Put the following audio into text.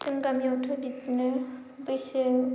जोंनि गामियावथ' बिदिनो बैसो